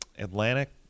Atlantic